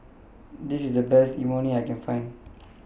This IS The Best Imoni I Can Find